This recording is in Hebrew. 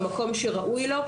במקום שראוי לו.